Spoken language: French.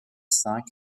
cinq